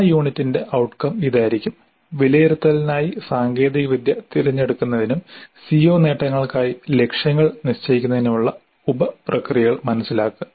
ആ യൂണിറ്റിന്റെ ഔട്ട്കം ഇതായിരിക്കും വിലയിരുത്തലിനായി സാങ്കേതികവിദ്യ തിരഞ്ഞെടുക്കുന്നതിനും CO നേട്ടങ്ങൾക്കായി ലക്ഷ്യങ്ങൾ നിശ്ചയിക്കുന്നതിനുമുള്ള ഉപപ്രക്രിയകൾ മനസിലാക്കുക